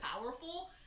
powerful